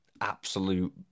absolute